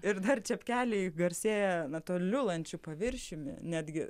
ir dar čepkeliai garsėja na tuo liulančiu paviršiumi netgi